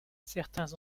certains